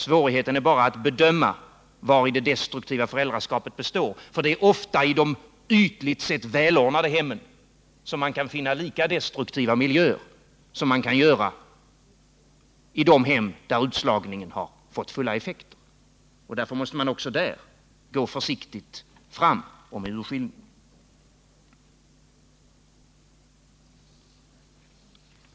Svårigheten är bara att bedöma vari det destruktiva föräldraskapet består, för det är ofta i de ytligt sett välordnade hemmen som man kan finna lika destruktiva miljöer som man kan göra i de hem där utslagningen har fått fulla effekter. Därför måste man också där gå försiktigt fram och med urskillning.